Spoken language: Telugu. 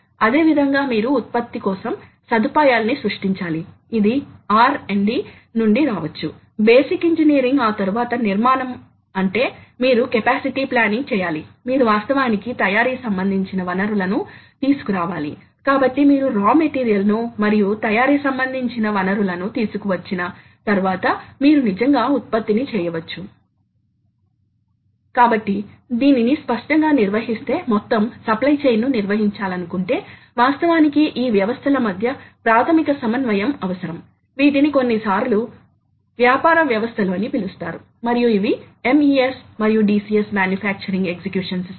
అదేవిధంగా ఓవర్లోడ్ సామర్థ్యం నాలుగు క్వాడ్రంట్ ఆపరేషన్ ఉదాహరణకు ఫీడ్ డ్రైవ్ ల కు చాలా మంచి స్థాన ఖచ్చితత్వం అవసరం కనుక అవి ఎల్లప్పుడూ నాలుగు క్వాడ్రంట్ ఆపరేషన్ కలిగి ఉండాలి అయితే స్పిండిల్ డ్రైవ్ లు సాధారణంగా అవి ఏక దిశ కదలికను కలిగి ఉండడం వలన రెండు క్వాడ్రంట్ మోషన్ సరిపోతుంది మరియు చాలా ఎక్కువ అదనపు హై స్పీడ్ బ్రేకింగ్ అవసరం ఉండదు